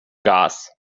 gas